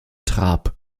trab